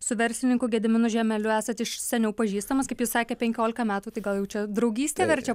su verslininku gediminu žiemeliu esat iš seniau pažįstamas kaip jis sakė penkiolika metų tai gal jau čia draugystė verčia